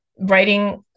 Writing